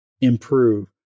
improve